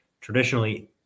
traditionally